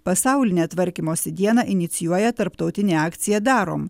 pasaulinę tvarkymosi dieną inicijuoja tarptautinė akcija darom